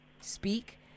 speak